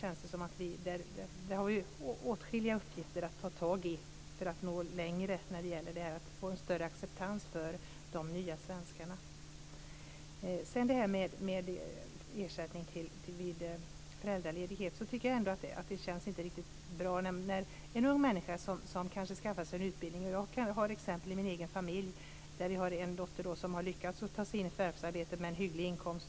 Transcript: Vi har åtskilliga uppgifter att ta tag i för att nå längre och få en större acceptans för de nya svenskarna. Sedan gällde det detta med ersättning vid föräldraledighet. Jag tycker inte att det känns riktigt bra. Det kan handla om en ung människa som har skaffat sig en utbildning. Jag har exempel i min egen familj. Vi har en dotter som har lyckats att skaffa sig ett förvärvsarbete med en hygglig inkomst.